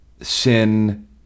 sin